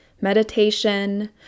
Meditation